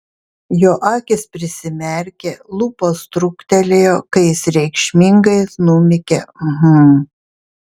jo akys prisimerkė lūpos truktelėjo kai jis reikšmingai numykė hm